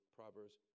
Proverbs